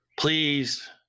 Please